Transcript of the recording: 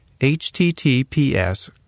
https